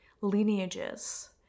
lineages